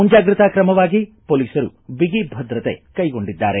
ಮುಂಜಾಗ್ರತಾ ತ್ರಮವಾಗಿ ಪೊಲೀಸರು ಬಿಗಿ ಭದ್ರತೆ ಕೈಗೊಂಡಿದ್ದಾರೆ